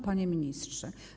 Panie Ministrze!